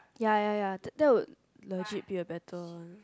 ya ya ya th~ that would legit be a better one